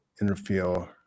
interfere